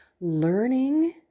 Learning